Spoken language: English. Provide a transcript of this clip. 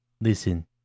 listen